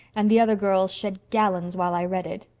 and the other girls shed gallons while i read it.